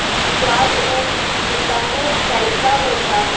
प्याज एम कितनु कैसा होता है?